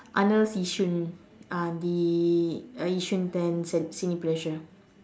Arnolds yishun uh the uh yishun ten cin~ cineleisure